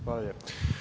Hvala lijepa.